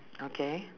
okay